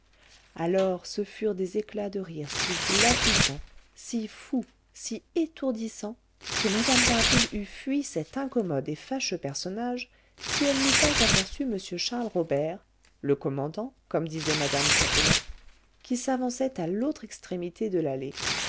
alors ce furent des éclats de rire si glapissants si fous si étourdissants que mme d'harville eût fui cet incommode et fâcheux personnage si elle n'eût pas aperçu m charles robert le commandant comme disait mme pipelet qui s'avançait à l'autre extrémité de l'allée